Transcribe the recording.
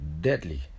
deadly